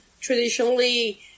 traditionally